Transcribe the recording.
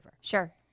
Sure